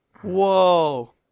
Whoa